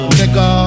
nigga